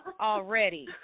already